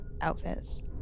outfits